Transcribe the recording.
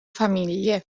famiglie